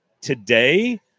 today